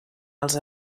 els